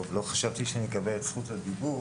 לא חשבתי שאני אקבל את זכות הדיבור.